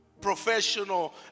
professional